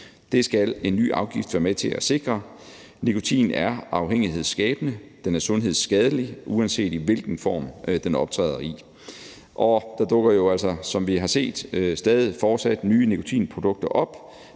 Det skal en ny afgift være med til at sikre. Nikotin er afhængighedsskabende, den er sundhedsskadelig, uanset hvilken form den optræder i. Og der dukker jo altså, som vi har set, fortsat nye nikotinprodukter op,